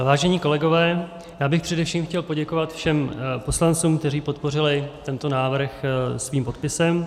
Vážení kolegové, já bych především chtěl poděkovat všem poslancům, kteří podpořili tento návrh svým podpisem.